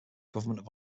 government